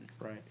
Right